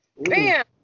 bam